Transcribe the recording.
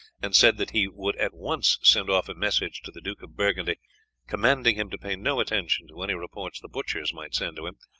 and said that he would at once send off a message to the duke of burgundy commanding him to pay no attention to any reports the butchers might send to him,